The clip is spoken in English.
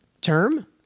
term